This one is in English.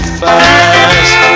fast